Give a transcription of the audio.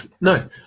no